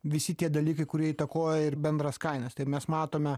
visi tie dalykai kurie įtakoja ir bendras kainas tai mes matome